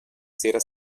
sera